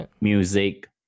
music